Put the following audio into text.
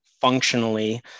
functionally